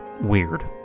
Weird